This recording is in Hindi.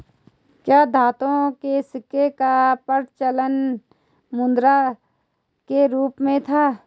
क्या धातुओं के सिक्कों का प्रचलन मुद्रा के रूप में था?